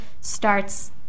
starts